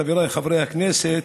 חבריי חברי הכנסת,